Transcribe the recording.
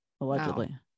Allegedly